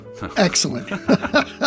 Excellent